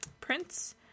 prints